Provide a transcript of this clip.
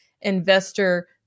investor